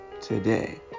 today